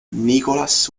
nicholas